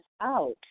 out